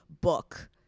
book